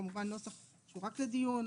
כמובן הוא נוסח שהוא רק לדיון,